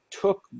took